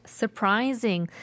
surprising